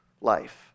life